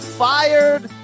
fired